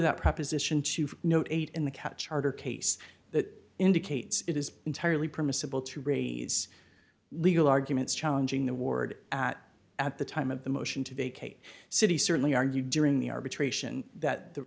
that proposition to no eight in the catch harder case that indicates it is entirely permissible to raise legal arguments challenging the ward at at the time of the motion to vacate city certainly argue during the arbitration that the